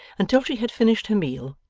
until she had finished her meal,